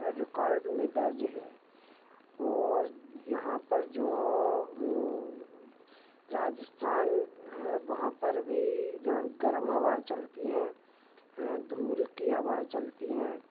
record में दर्ज है और यहाँ पर जो राजस्थान हैं वहाँ पर भी जहाँ गर्म हवा चलती है हैं धूल की हवा चलती है